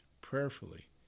prayerfully